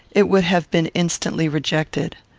it would have been instantly rejected.